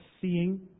seeing